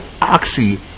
oxy